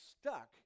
stuck